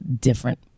different